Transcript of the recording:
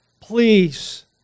please